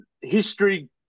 history